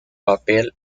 papel